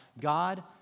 God